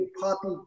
Poppy